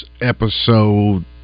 episode